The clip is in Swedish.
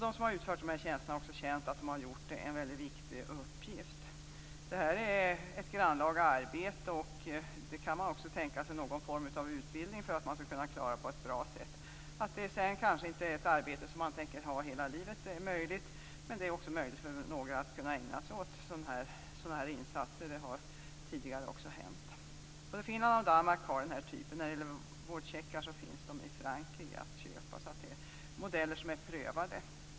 De som har utfört tjänsterna har känt att de utfört en väldigt viktig uppgift. Det här är ett grannlaga arbete. Någon form av utbildning kan tänkas för att man skall klara av dessa uppgifter på ett bra sätt. Det är möjligt att man inte tänker ha dem hela livet. Men för några är det möjligt att ägna sig åt sådana här insatser och det har hänt också tidigare. I både Finland och Danmark finns den här typen, och i Frankrike går det att köpa vårdcheckar. Det rör sig alltså om modeller som redan är prövade.